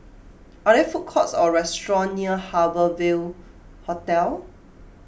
are there food courts or restaurants near Harbour Ville Hotel